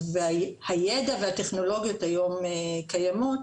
הידע והטכנולוגיות היום קיימות.